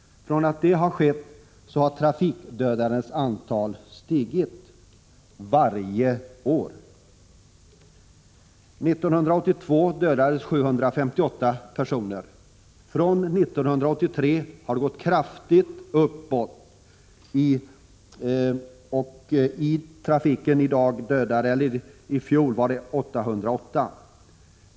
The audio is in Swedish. Sedan detta skedde har antalet trafikdödade stigit varje år. År 1982 dödades 758 personer. Från 1983 har det gått kraftigt uppåt, och förra året var det 808 personer som dödades i trafiken.